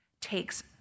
takes